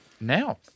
now